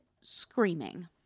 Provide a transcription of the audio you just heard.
screaming